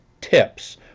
tips